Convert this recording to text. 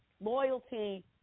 loyalty